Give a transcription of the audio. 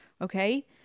Okay